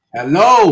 Hello